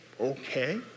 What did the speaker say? okay